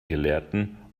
gelehrten